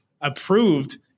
approved